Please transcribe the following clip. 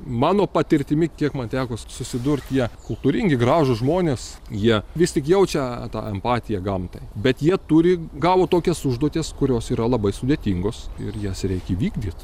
mano patirtimi kiek man teko susidurt jie kultūringi gražūs žmonės jie vis tik jaučia tą empatiją gamtai bet jie turi gaut tokias užduotis kurios yra labai sudėtingos ir jas reik įvykdyt